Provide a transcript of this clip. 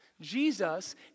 Jesus